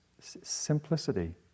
simplicity